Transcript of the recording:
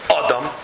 Adam